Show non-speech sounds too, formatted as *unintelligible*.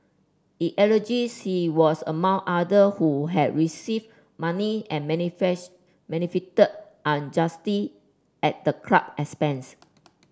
it alleges he was among other who had received money and *unintelligible* benefited unjustly at the club expense